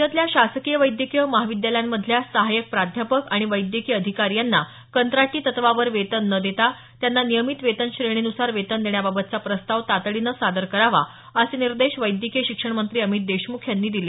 राज्यातल्या शासकीय वैद्यकीय महाविद्यालयांमधल्या सहाय्यक प्राध्यापक आणि वैद्यकीय अधिकारी यांना कंत्राटी तत्वावर वेतन न देता त्यांना नियमित वेतन श्रेणी न्सार वेतन देण्याबाबतचा प्रस्ताव तातडीनं सादर करावा असे निर्देश वैद्यकीय शिक्षण मंत्री अमित देशमुख यांनी काल दिले